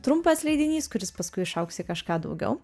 trumpas leidinys kuris paskui išaugs į kažką daugiau